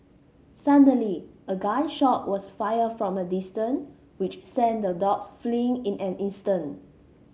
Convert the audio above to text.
suddenly a gun shot was fired from a distance which sent the dogs fleeing in an instant